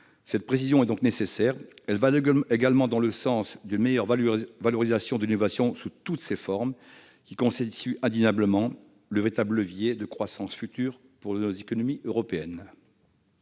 proposée est donc nécessaire. Elle va également dans le sens d'une meilleure valorisation de l'innovation sous toutes ses formes, celle-ci constituant indéniablement le véritable levier de croissance pour nos économies européennes.